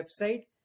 website